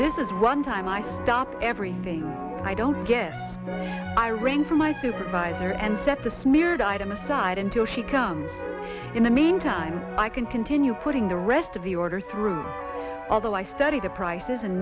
this is one time i stop everything i don't get i read for my supervisor and set the smeared item aside until she comes in the meantime i can continue putting the rest of the order through although i study the prices and